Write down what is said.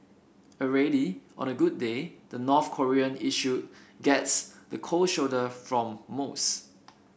already on a good day the North Korean issue gets the cold shoulder from most